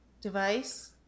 Device